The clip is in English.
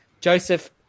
Joseph